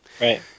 Right